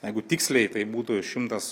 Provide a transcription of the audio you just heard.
jeigu tiksliai tai būtų šimtas